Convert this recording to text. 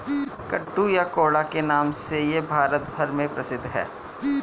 कद्दू या कोहड़ा के नाम से यह भारत भर में प्रसिद्ध है